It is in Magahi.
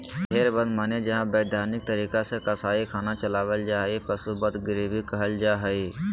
भेड़ बध माने जहां वैधानिक तरीका से कसाई खाना चलावल जा हई, पशु वध गृह भी कहल जा हई